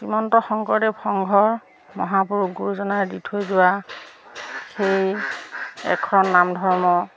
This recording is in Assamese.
শ্ৰীমন্ত শংকৰদেৱ সংঘৰ মহাপুৰুষ গুৰুজনাই দি থৈ যোৱা সেই একশৰণ নাম ধৰ্ম